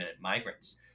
migrants